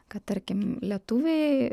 kad tarkim lietuviai